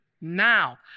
Now